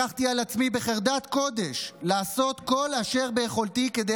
לקחתי על עצמי בחרדת קודש לעשות כל אשר ביכולתי כדי